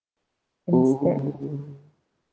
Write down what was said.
instead